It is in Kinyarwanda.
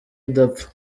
idapfa